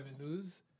News